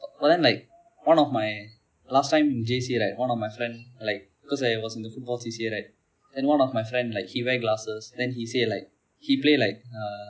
but then like one of my last time in J_C right one of my friend like because I was in the football C_C_A right then one of my friend like he wear glasses then he say like he play like uh